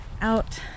out